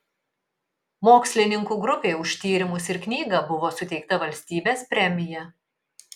mokslininkų grupei už tyrimus ir knygą buvo suteikta valstybės premija